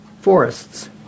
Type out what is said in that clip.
forests